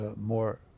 more